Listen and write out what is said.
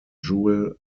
jewel